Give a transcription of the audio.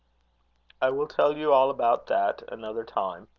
i will tell you all about that another time.